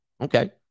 Okay